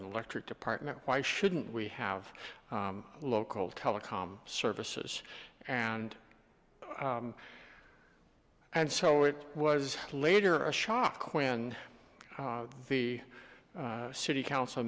an electric department why shouldn't we have local telecom services and and so it was later a shock when the city council